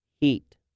heat